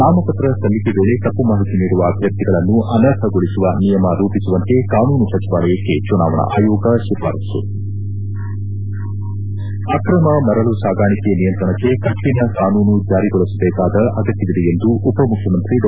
ನಾಮಪತ್ರ ಸಲ್ಲಿಕೆ ವೇಳೆ ತಮ್ಪ ಮಾಹಿತಿ ನೀಡುವ ಅಭ್ಯರ್ಥಿಗಳನ್ನು ಅನರ್ಹಗೊಳಿಸುವ ನಿಯಮ ರೂಪಿಸುವಂತೆ ಕಾನೂನು ಸಚಿವಾಲಯಕ್ಕೆ ಚುನಾವಣಾ ಆಯೋಗ ಶಿಫಾರಸ್ಸು ಅಕ್ರಮ ಮರಳು ಸಾಗಾಣಿಕೆ ನಿಯಂತ್ರಣಕ್ಕೆ ಕಠಿಣ ಕಾನೂನು ಜಾರಿಗೊಳಿಸಬೇಕಾದ ಅಗತ್ಯವಿದೆ ಎಂದು ಉಪಮುಖ್ಯಮಂತ್ರಿ ಡಾ